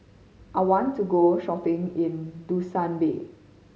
I want to go shopping in Dushanbe